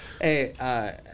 Hey